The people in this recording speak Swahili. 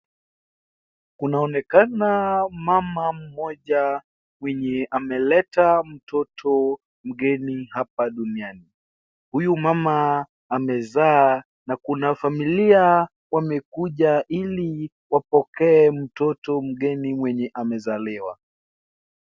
Kunaonekana mmama mmoja mwenye ameleta mtoto mgeni hapa duniani. Huyu mama amezaa na kuna familia wamekuja ili wapokee mtoto mgeni mwenye amezaliwa.